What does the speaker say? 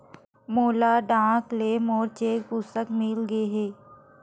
मोला डाक ले मोर चेक पुस्तिका मिल गे हे